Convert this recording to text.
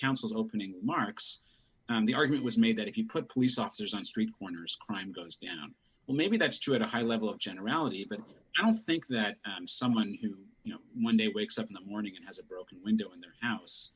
counsel's opening remarks and the argument was made that if you put police officers on street corners crime goes down well maybe that's true at a high level of generality but i don't think that someone who you know when they wakes up in the morning and has a broken window in their house